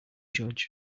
judge